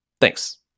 Thanks